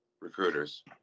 recruiters